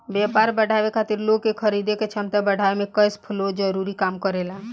व्यापार बढ़ावे खातिर लोग के खरीदे के क्षमता बढ़ावे में कैश फ्लो जरूरी काम करेला